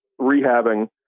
rehabbing